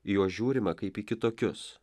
į juos žiūrima kaip į kitokius